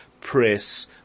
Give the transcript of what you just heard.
press